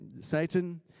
Satan